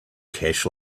cash